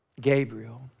Gabriel